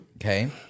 Okay